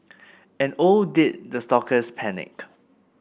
and oh did the stalkers panic